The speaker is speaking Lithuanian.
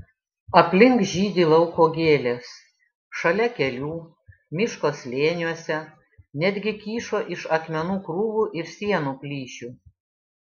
aplink žydi lauko gėlės šalia kelių miško slėniuose netgi kyšo iš akmenų krūvų ir sienų plyšių